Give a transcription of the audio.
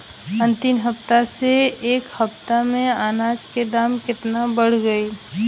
अंतिम हफ्ता से ए हफ्ता मे अनाज के दाम केतना बढ़ गएल?